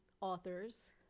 authors